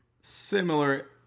similar